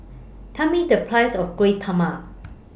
Tell Me The Price of Kueh Talam